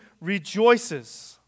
rejoices